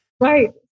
Right